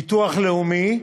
ביטוח לאומי.